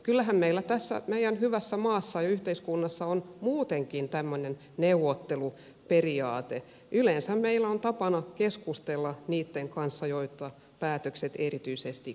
kyllähän meillä tässä meidän hyvässä maassamme ja yhteiskunnassamme on muutenkin tämmöinen neuvotteluperiaate yleensä meillä on tapana keskustella niitten kanssa joita päätökset erityisesti koskevat